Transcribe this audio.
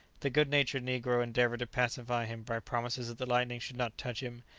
the good-natured negro endeavoured to pacify him by promises that the lightning should not touch him,